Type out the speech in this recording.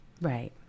Right